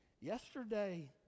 Yesterday